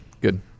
Good